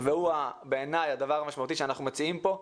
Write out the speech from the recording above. והוא בעיניי הדבר המשמעותי שאנחנו מציעים פה,